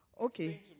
Okay